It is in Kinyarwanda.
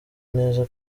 neza